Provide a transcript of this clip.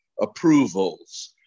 approvals